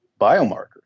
biomarkers